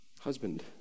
Husband